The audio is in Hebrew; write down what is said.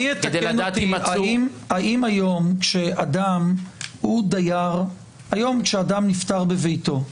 היום כשאדם נפטר בביו,